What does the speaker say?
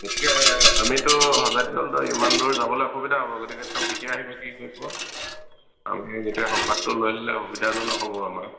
গতিকে আমিতো সজাতি দলটো ইমান দূৰ যাবলে অসুবিধা হ'ব গতিকে তেওঁ কেতিয়া আহিব কি কৰিব আমি গোটেই সংবাদটো লৈ ল'লে সুবিধাজনক হ'ব আমাৰ